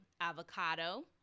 avocado